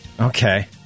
Okay